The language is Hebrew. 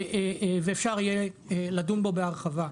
ואפשר יהיה לדון בו בהרחבה.